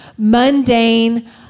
mundane